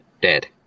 dead